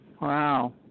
Wow